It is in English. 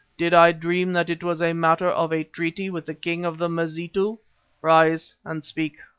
did i dream that it was a matter of a treaty with the king of the mazitu? rise and speak.